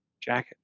jacket